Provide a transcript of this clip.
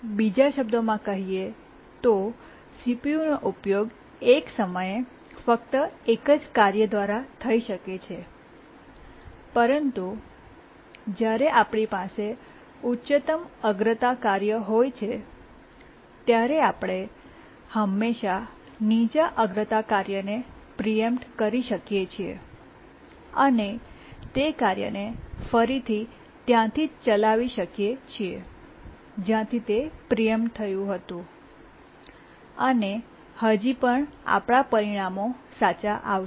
બીજા શબ્દોમાં કહીએ તો CPU નો ઉપયોગ એક સમયે ફક્ત એક જ કાર્ય દ્વારા થઈ શકે છે પરંતુ જ્યારે આપણી પાસે ઉચ્ચતમ અગ્રતા કાર્ય હોય છે ત્યારે આપણે હંમેશાં નીચા અગ્રતા કાર્યને પ્રીએમ્પ્ટ કરી શકીએ છીએ અને તે કાર્યને ફરીથી ત્યાંથી જ ચલાવી શકીએ છીએ જ્યાંથી તે પ્રીએમ્પ્ટ થયું હતું અને હજી પણ આપણા પરિણામો સાચા આવશે